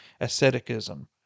asceticism